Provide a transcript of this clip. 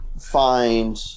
find